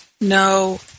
no